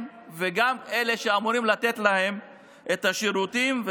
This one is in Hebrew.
וגם של אלה שאמורים לתת להם את השירותים.